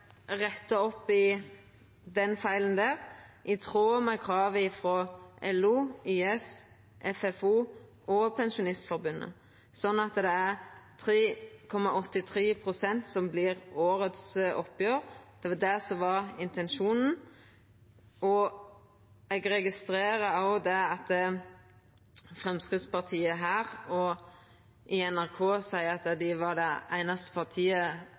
opp i denne feilen, i tråd med krav frå LO, YS, FFO og Pensjonistforbundet, sånn at årets oppgjer vert 3,83 pst. Det var det som var intensjonen. Eg registrerer at Framstegspartiet her – og i NRK – seier at dei var det einaste partiet